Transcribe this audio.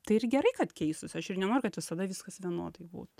tai ir gerai kad keistųsi aš ir nenoriu kad visada viskas vienodai būtų